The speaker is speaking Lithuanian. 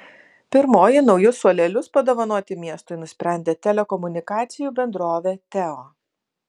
pirmoji naujus suolelius padovanoti miestui nusprendė telekomunikacijų bendrovė teo